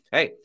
Hey